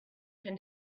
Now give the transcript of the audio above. can